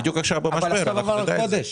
עבר רק חודש.